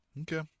okay